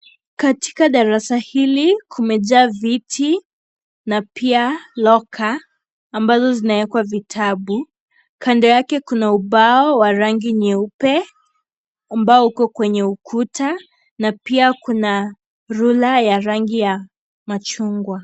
Katika darasa hili, kumejaa viti na pia loga ambazo zinawekwa vitabu. Kando yake kuna ubao wa rangi nyeupe ambao uko kwenye ukuta na pia kuna rula ya rangi ya machungwa.